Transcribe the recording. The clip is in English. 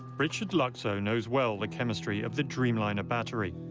richard lukso knows well the chemistry of the dreamliner battery.